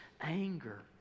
anger